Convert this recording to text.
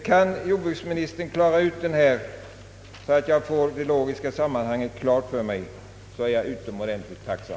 Kan jordbruksministern klara ut detta, så att jag får det logiska sammanhanget klart för mig, är jag utomordentligt tacksam.